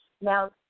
Now